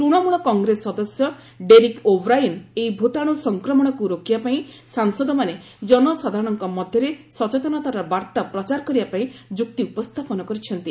ତୃଶମୂଳ କଂଗ୍ରେସ ସଦସ୍ୟ Derek O'Brien ଏହି ଭୂତାଣୁ ସଂକ୍ରମଣକୁ ରୋକିବା ପାଇଁ ସାଂସଦମାନେ ଜନସାଧାରଣଙ୍କ ମଧ୍ୟରେ ସଚେତନତାର ବାର୍ତ୍ତା ପ୍ରଚାର କରିବା ପାଇଁ ଯୁକ୍ତି ଉପସ୍ଥାପନ କରିଛନ୍ତି